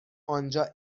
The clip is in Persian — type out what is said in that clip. آنجا